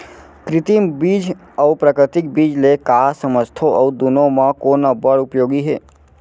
कृत्रिम बीज अऊ प्राकृतिक बीज ले का समझथो अऊ दुनो म कोन अब्बड़ उपयोगी हे?